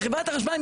חברת החשמל,